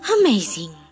Amazing